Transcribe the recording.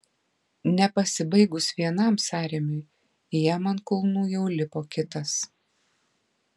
nepasibaigus vienam sąrėmiui jam ant kulnų jau lipo kitas